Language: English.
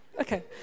Okay